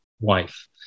wife